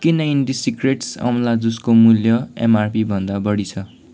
किन इन्डिसिक्रेट्स अमला जुसको मूल्य एमआरपी भन्दा बढी छ